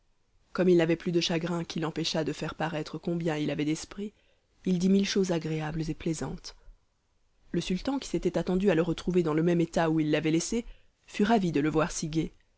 comme il n'avait plus de chagrin qui l'empêchât de faire paraître combien il avait d'esprit il dit mille choses agréables et plaisantes le sultan qui s'était attendu à le retrouver dans le même état où il l'avait laissé fut ravi de le voir si